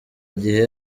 igihe